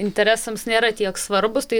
interesams nėra tiek svarbūs tai